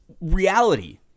reality